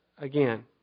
again